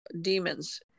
demons